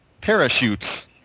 parachutes